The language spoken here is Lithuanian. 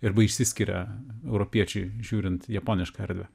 arba išsiskiria europiečiai žiūrint į japonišką erdvę